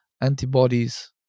antibodies